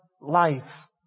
life